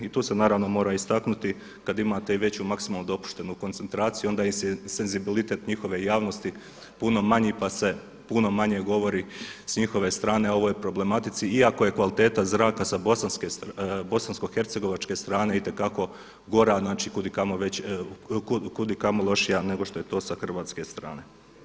I tu se naravno mora istaknuti kada imate i veću maksimalnu dopuštenu koncentraciju onda je senzibilitet njihove javnosti puno manji pa se puno manje govori s njihove strane o ovoj problematici, iako je kvaliteta zraka sa bosanskohercegovačke strane itekako gora, znači kudikamo lošija nego što je to sa hrvatske strane.